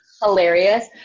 hilarious